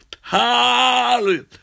Hallelujah